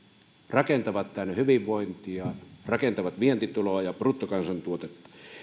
rakentavat tänne hyvinvointia rakentavat vientituloja bruttokansantuotetta ehkä